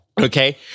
Okay